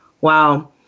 Wow